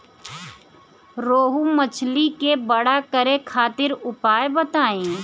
रोहु मछली के बड़ा करे खातिर उपाय बताईं?